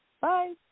Bye